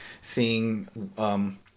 seeing